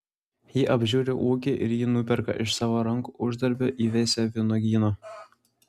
ji apžiūri ūkį ir jį nuperka iš savo rankų uždarbio įveisia vynuogyną